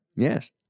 Yes